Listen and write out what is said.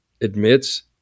admits